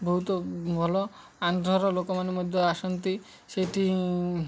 ବହୁତ ଭଲ ଆନ୍ଧ୍ରର ଲୋକମାନେ ମଧ୍ୟ ଆସନ୍ତି ସେଠି